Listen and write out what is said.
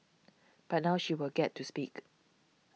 but now she will get to speak